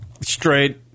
straight